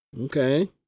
Okay